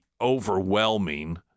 overwhelming